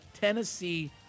Tennessee